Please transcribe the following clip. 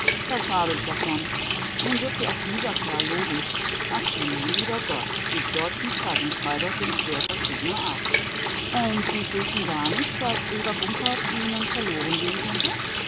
das habe ich davon nun wird sie auch dieser kerl loben ach du lieber gott die deutschen zeitungsschreiber sind sehr verschiedener art und sie fürchten gar nicht daß eva bunkert ihnen verlorengehen könnte